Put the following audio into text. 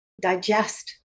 digest